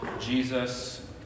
Jesus